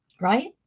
right